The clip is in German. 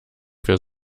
für